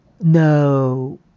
no